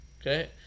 Okay